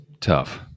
tough